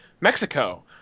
Mexico